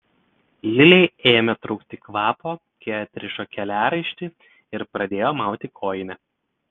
lilei ėmė trūkti kvapo kai atrišo keliaraištį ir pradėjo mauti kojinę